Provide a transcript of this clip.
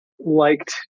liked